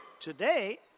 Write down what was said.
Today